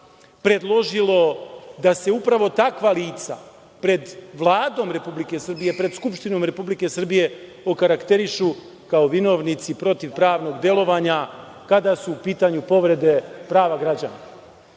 predložilo da se upravo takva lica pred Vladom Republike Srbije, pred Skupštinom Republike Srbije okarakterišu kao vinovnici protivpravnog delovanja, kada su u pitanju povrede prava građana.Zašto